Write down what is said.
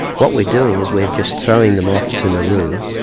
what we're doing is we're just throwing them off to nauru,